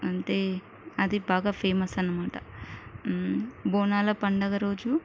అంటే అది బాగా ఫేమస్ అన్నమాట బోనాల పండగ రోజు